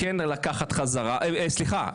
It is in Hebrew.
סליחה,